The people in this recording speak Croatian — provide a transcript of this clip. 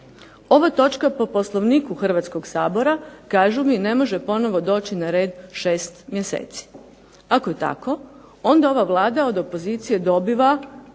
ova točka po Poslovniku Hrvatskog sabora kažu mi ne može ponovo doći na red šest mjeseci. Ako je tako onda ova Vlada od opozicije dobiva